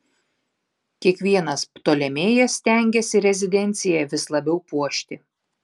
kiekvienas ptolemėjas stengėsi rezidenciją vis labiau puošti